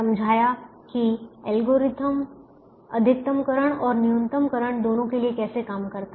समझाया कि एल्गोरिथ्म अधिकतमकरण और न्यूनतमीकरण दोनों के लिए कैसे काम करता है